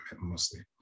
mostly